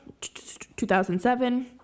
2007